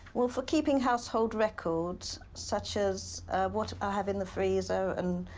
well for keeping household records such as what i have in the freezer and.